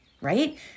right